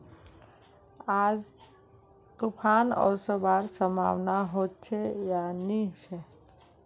आज तूफ़ान ओसवार संभावना होचे या नी छे?